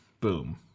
Boom